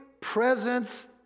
presence